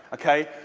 ok?